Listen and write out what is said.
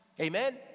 Amen